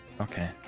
Okay